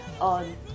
on